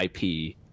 IP